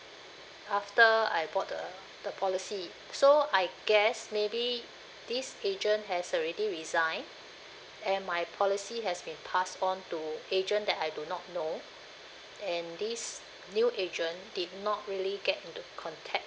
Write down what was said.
after I bought the the policy so I guess maybe this agent has already resigned and my policy has been passed on to agent that I do not know and this new agent did not really get into contact